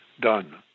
done